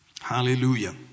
Hallelujah